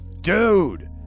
Dude